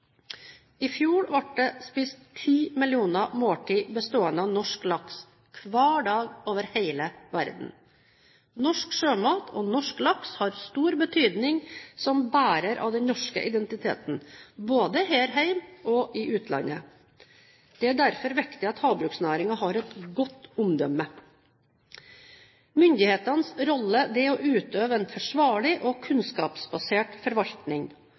I fjor ble det spist ti millioner måltider bestående av norsk laks hver dag, over hele verden. Norsk sjømat og norsk laks har stor betydning som bærer av den norske identiteten, både her hjemme og i utlandet. Det er derfor viktig at havbruksnæringen har et godt omdømme. Myndighetenes rolle er å utøve en forsvarlig og kunnskapsbasert forvaltning,